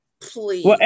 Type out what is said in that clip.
Please